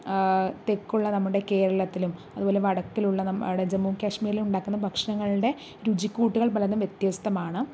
തെക്കുള്ള നമ്മുടെ കേരളത്തിലും അതുപോലെ വടക്കുള്ള നമ്മുടെ ജമ്മു കാശ്മീരിലും ഉണ്ടാക്കുന്ന ഭക്ഷണങ്ങളുടെ രുചിക്കൂട്ടുകൾ പലതും വ്യത്യസ്തമാണ്